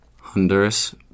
Honduras